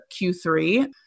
Q3